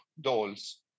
dolls